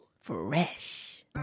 Fresh